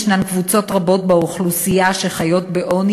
יש קבוצות רבות באוכלוסייה שחיות בעוני